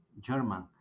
German